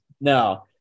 No